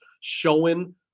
showing